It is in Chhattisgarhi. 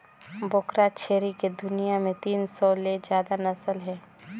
बोकरा छेरी के दुनियां में तीन सौ ले जादा नसल हे